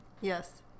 yes